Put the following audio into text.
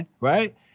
right